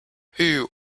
who